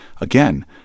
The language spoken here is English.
again